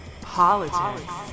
politics